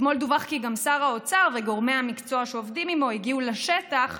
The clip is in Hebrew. אתמול דווח כי גם שר האוצר וגורמי המקצוע שעובדים עימו הגיעו לשטח,